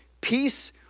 peace